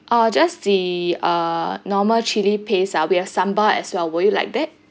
uh just the uh normal chilli paste ah we have sambal as well will you like that